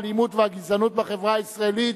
האלימות והגזענות בחברה הישראלית,